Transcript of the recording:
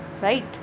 right